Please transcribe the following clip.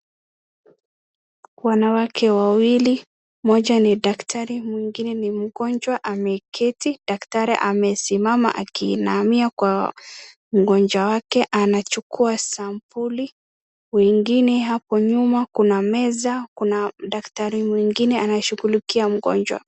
Wanawake wawili mmoja ni dakitari mwingine ni mgonjwa ameketi. Dakitari amesimama akiinamia mgonjwa wake anachukua sampuli. Wengine apo nyuma kuna meza kuna dakitari mwingine anayeshughulikia mgonjwa.